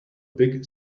big